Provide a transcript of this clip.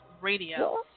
Radio